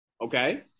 Okay